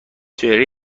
چهره